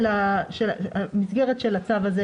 על המסגרת של הצו הזה,